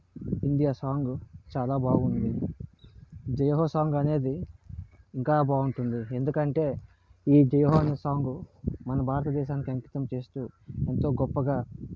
India song చాలా బాగుంది Jai Ho song అనేది ఇంకా బాగుంటుంది ఎందుకంటే ఈ జయహో అనే సాంగు మన భారతదేశానికి అంకితం చేస్తూ ఎంతో గొప్పగా